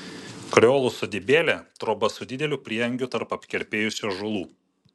kreolų sodybėlė troba su dideliu prieangiu tarp apkerpėjusių ąžuolų